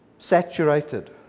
saturated